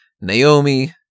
Naomi